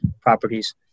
Properties